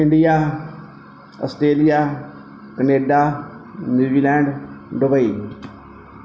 India Australia Canada New Zealand Dubai